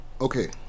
okay